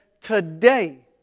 Today